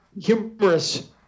humorous